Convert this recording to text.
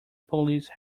police